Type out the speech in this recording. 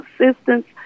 assistance